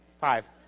Five